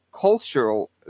cultural